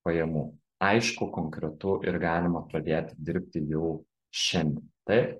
pajamų aišku konkretu ir galima pradėti dirbti jau šiandien taip